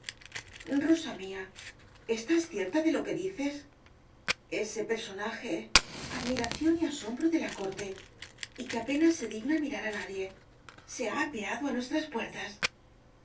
conmovida rosa mía estás cierta de lo que dices ese personaje admiración y asombro de la corte y que apenas se digna mirar á nadie se ha apeado á nuestras puertas